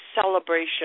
celebration